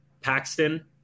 Paxton